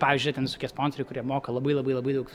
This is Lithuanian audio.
pavyzdžiui ten visokie sponsoriai kurie moka labai labai labai daug